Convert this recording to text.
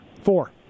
Four